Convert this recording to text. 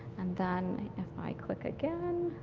then if i click again,